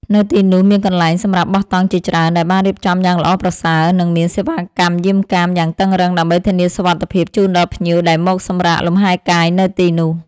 នៅទីនោះមានកន្លែងសម្រាប់បោះតង់ជាច្រើនដែលបានរៀបចំយ៉ាងល្អប្រសើរ និង មានសេវាកម្មយាមកាមយ៉ាងតឹងរ៉ឹងដើម្បីធានាសុវត្ថិភាពជូនដល់ភ្ញៀវដែលមកសម្រាកលម្ហែកាយនៅទីនោះ។